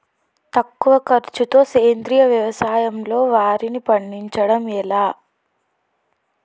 తక్కువ ఖర్చుతో సేంద్రీయ వ్యవసాయంలో వారిని పండించడం ఎలా?